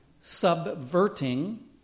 subverting